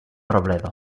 robledo